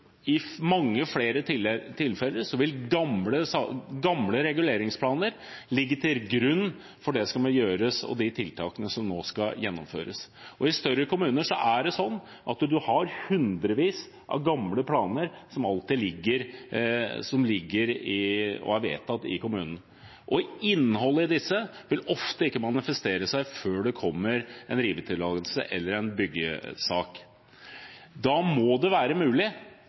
at i mange flere tilfeller vil gamle reguleringsplaner ligge til grunn for det som skal gjøres, og de tiltakene som nå skal gjennomføres. I større kommuner er det alltid hundrevis av gamle planer som er vedtatt i kommunen, og innholdet i disse vil ofte ikke manifestere seg før det kommer en rivetillatelse eller en byggesak. Da må det være mulig